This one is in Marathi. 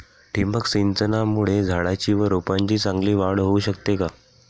ठिबक सिंचनामुळे झाडाची व रोपांची चांगली वाढ होऊ शकते का?